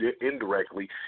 indirectly